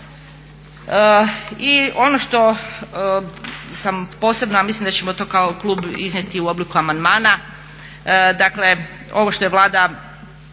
I ono što sam posebno, a mislim da ćemo to kao klub iznijeti u obliku amandmana ovo što je Vlada